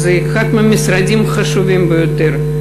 שזה אחד מהמשרדים החשובים ביותר,